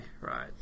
Right